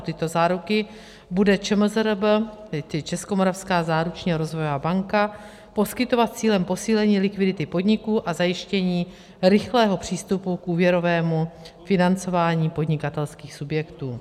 Tyto záruky bude ČMZRB, tedy Českomoravská záruční a rozvojová banka, poskytovat s cílem posílení likvidity podniků a zajištění rychlého přístupu k úvěrovému financování podnikatelských subjektů.